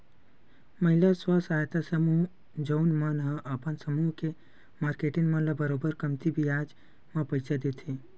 महिला स्व सहायता समूह जउन मन ह अपन समूह के मारकेटिंग मन ल बरोबर कमती बियाज म पइसा देथे